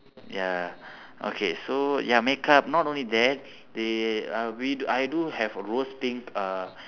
ya okay so ya makeup not only that they uh we do I do have rose pink uh